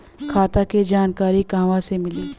खाता के जानकारी कहवा से मिली?